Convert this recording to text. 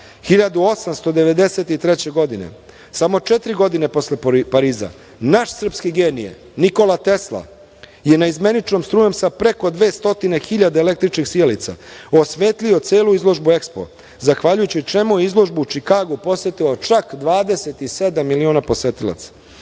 1893. godine, samo četiri godine posle Pariza, naš srpski genije Nikola Tesla je naizmeničnom strujom sa preko 200 hiljada električnih sijalica osvetlio celu izložbu EXPO, zahvaljujući čemu je izložbu u Čikagu posetilo čak 27 miliona posetilaca. Ono